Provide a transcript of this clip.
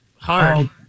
hard